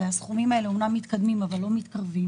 והסכומים האלה אומנם מתקדמים אבל לא מתקרבים,